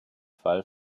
fall